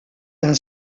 d’un